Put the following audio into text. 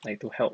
like to help